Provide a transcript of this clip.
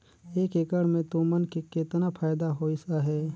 एक एकड़ मे तुमन के केतना फायदा होइस अहे